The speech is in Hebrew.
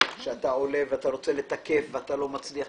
שאתה עולה ומנסה לתקף ולא מצליח,